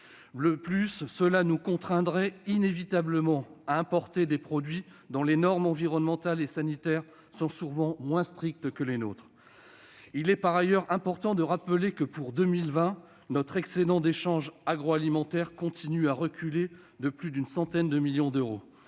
tel choix nous contraindrait inévitablement à importer des produits dont les normes environnementales et sanitaires sont souvent moins strictes que les nôtres. Par ailleurs, il est important de rappeler que, pour 2020, notre excédent d'échanges agroalimentaires continue de reculer de plus d'une centaine de millions d'euros.